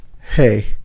hey